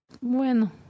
Bueno